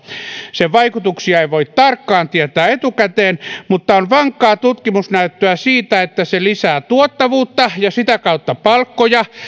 sen vaikutuksia ei voi tarkkaan tietää etukäteen mutta on vankkaa tutkimusnäyttöä siitä että se lisää tuottavuutta ja sitä kautta palkkoja